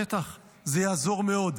בטח, זה יעזור מאוד.